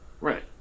Right